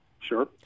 Sure